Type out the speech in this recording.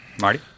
Marty